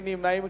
אין נמנעים.